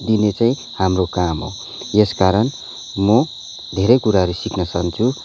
दिने चाहिँ हाम्रो काम हो यस कारण म धेरै कुराहरू सिक्न चाहान्छु